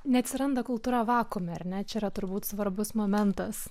neatsiranda kultūra vakuume ar ne čia yra turbūt svarbus momentas